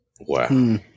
Wow